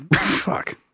Fuck